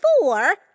Four